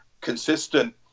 consistent